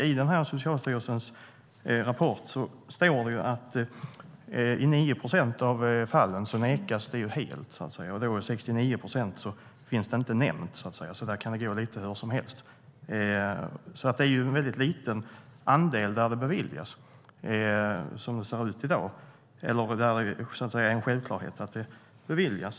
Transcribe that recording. I Socialstyrelsens rapport står det att det nekas helt i 9 procent av fallen. I 69 procent finns det inte nämnt, så där kan det gå lite hur som helst. Som det ser ut i dag är det en mycket liten andel där det är en självklarhet att det beviljas.